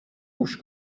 گوش